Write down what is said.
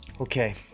Okay